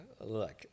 Look